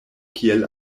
kiel